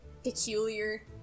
Peculiar